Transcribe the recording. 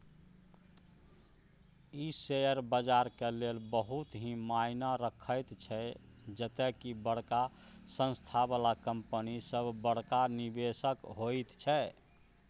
ई share बजारक लेल बहुत ही मायना रखैत छै जते की बड़का संस्था बला कंपनी सब बड़का निवेशक होइत छै